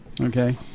Okay